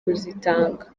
kuzitanga